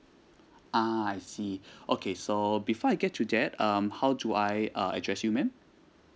ah I see okay so before I get to that um how do I uh address you ma'am